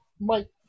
Mike